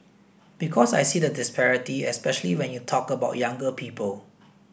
because I see the disparity especially when you talk about younger people